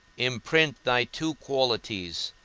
imprint thy two qualities,